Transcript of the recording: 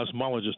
cosmologist